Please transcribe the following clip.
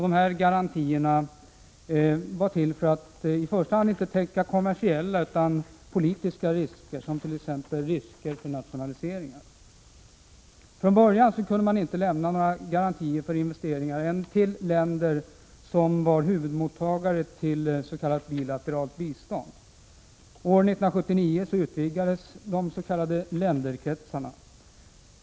Dessa garantier skulle inte i första hand täcka kommersiella utan politiska risker, t.ex. risker för nationalisering. Från början kunde garantier inte lämnas för investeringar annat än i de länder som var huvudmottagare av svenskt bilateralt bistånd. År 1979 utvidgades länderkretsen.